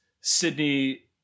sydney